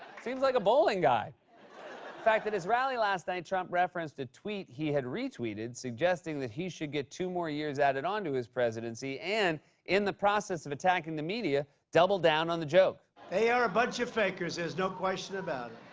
seems like a bowling guy. in fact, at his rally last night, trump referenced a tweet he had retweeted suggesting that he should get two more years added onto his presidency, and in the process of attacking the media, doubled down on the joke. they are a bunch of fakers. there's no question about